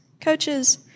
coaches